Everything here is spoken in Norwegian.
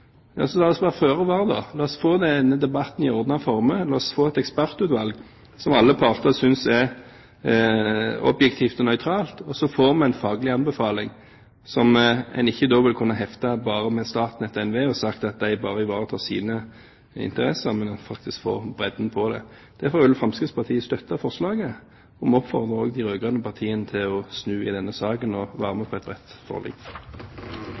var, la oss få denne debatten i ordnede former, la oss få et ekspertutvalg som alle parter mener er objektivt og nøytralt! Da ville vi få en faglig anbefaling som en ikke ville kunne si heftet bare ved Statnett og NVE og deres interesser, men få en bredde på dette. Derfor vil Fremskrittspartiet støtte forslaget. Vi oppfordrer de rød-grønne partiene til å snu i denne saken og være med på et bredt forlik.